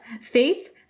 Faith